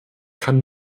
kann